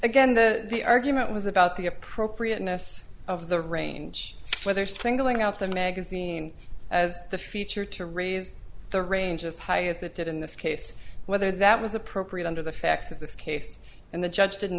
again though the argument was about the appropriateness of the range whether singling out the magazine as the feature to raise the range as high as it did in this case whether that was appropriate under the facts of this case and the judge didn't